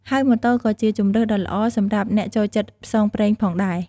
ហើយម៉ូតូក៏ជាជម្រើសដ៏ល្អសម្រាប់អ្នកចូលចិត្តផ្សងព្រេងផងដែរ។